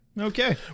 Okay